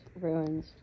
ruins